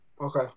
okay